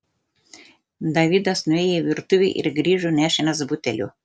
davidas nuėjo į virtuvę ir grįžo nešinas buteliu